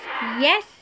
yes